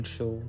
Show